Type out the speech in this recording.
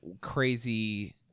crazy